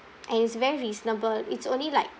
and it's very reasonable it's only like